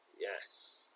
Yes